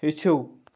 ہیٚچھِو